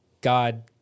God